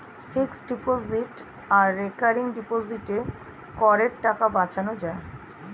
fixed deposit আর recurring ডিপোজিটে করের টাকা বাঁচানো যায়